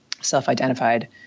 self-identified